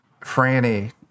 Franny